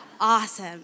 awesome